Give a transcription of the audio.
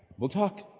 we'll talk.